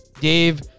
Dave